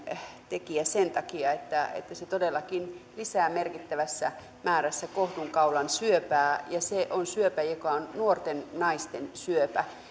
tekijä sen takia että että se todellakin lisää merkittävässä määrässä kohdunkaulan syöpää ja se on syöpä joka on nuorten naisten syöpä